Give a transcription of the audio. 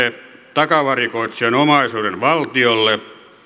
takavarikoi omaisuuden valtiolle